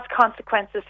consequences